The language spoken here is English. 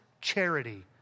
charity